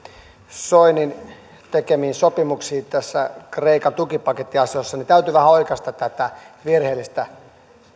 soinin tekemiin sopimuksiin tässä kreikan tukipakettiasiassa niin täytyy vähän oikaista tätä virheellistä